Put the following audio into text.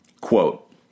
quote